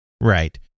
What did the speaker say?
Right